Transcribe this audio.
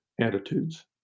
attitudes